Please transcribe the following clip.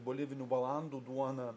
bolivinių balandų duona